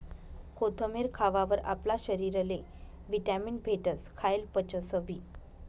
कोथमेर खावावर आपला शरीरले व्हिटॅमीन भेटस, खायेल पचसबी